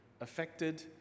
affected